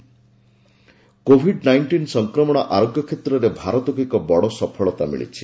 Covid covid nineteen ସଂକ୍ରମଣ ଆରୋଗ୍ୟ କ୍ଷେତ୍ରରେ ଭାରତକୁ ଏକ ବଡ ସଫଳତା ମିଳିଛି